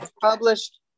published